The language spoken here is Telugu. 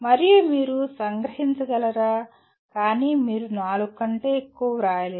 మరియు మీరు సంగ్రహించగలరా కాని మీరు నాలుగు కంటే ఎక్కువ వ్రాయలేరు